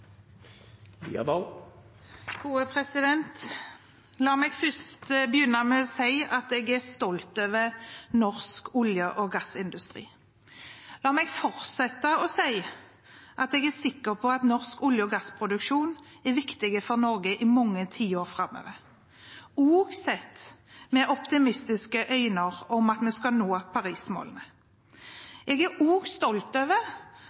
stolt over norsk olje- og gassindustri. La meg fortsette med å si at jeg er sikker på at norsk olje- og gassproduksjon er viktig for Norge i mange tiår framover – også sett med optimistiske øyne på at vi skal nå Paris-målene. Jeg er også stolt over